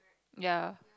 ya